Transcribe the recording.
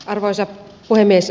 arvoisa puhemies